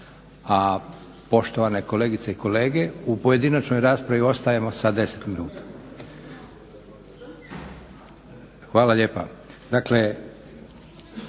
a poštovane kolegice i kolege u pojedinačnoj raspravi ostajemo sa 10 minuta. Hvala lijepa.